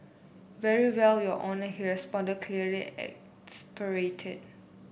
very well your Honour he responded clearly exasperated